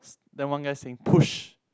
then one guy saying push